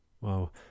Wow